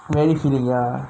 very feeling ah